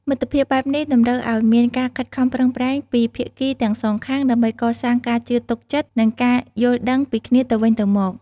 មិត្តភាពបែបនេះតម្រូវឲ្យមានការខិតខំប្រឹងប្រែងពីភាគីទាំងសងខាងដើម្បីកសាងការជឿទុកចិត្តនិងការយល់ដឹងពីគ្នាទៅវិញទៅមក។